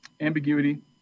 ambiguity